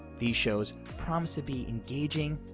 these shows promise to be engaging,